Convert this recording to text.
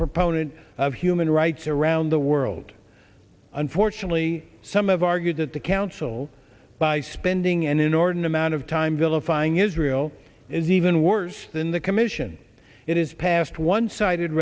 proponent of human rights around the world unfortunately some of argued that the council by spending an inordinate amount of time vilifying israel is even worse than the commit ssion it is past one sided